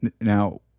Now